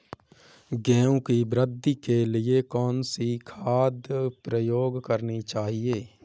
गेहूँ की वृद्धि के लिए कौनसी खाद प्रयोग करनी चाहिए?